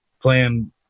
playing